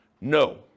No